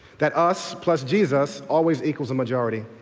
that us plus jesus always equals a majority.